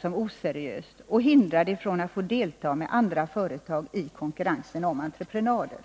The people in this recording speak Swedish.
som oseriöst och hindra det från att få delta med andra företag i konkurrensen om entreprenader.